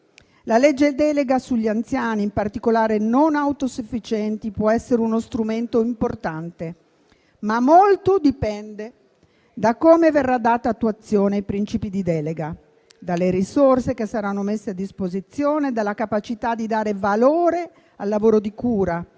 La legge delega sugli anziani, in particolare non autosufficienti, può essere uno strumento importante, ma molto dipende da come verrà data attuazione ai principi di delega, dalle risorse che saranno messe a disposizione, dalla capacità di dare valore al lavoro di cura,